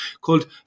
called